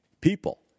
people